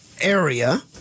area